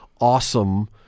awesome